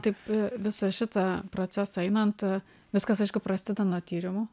taip visą šitą procesą einant viskas aišku prasideda nuo tyrimų